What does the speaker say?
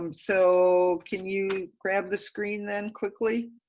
um so can you grab the screen then, quickly?